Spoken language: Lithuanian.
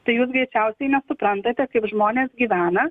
tai jūs greičiausiai nesuprantate kaip žmonės gyvena